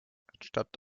anstatt